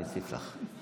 אני אוסיף לך.